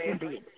indeed